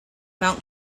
mount